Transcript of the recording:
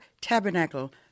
tabernacle